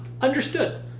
Understood